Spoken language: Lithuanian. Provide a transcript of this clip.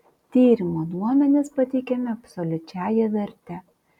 tyrimo duomenys pateikiami absoliučiąja verte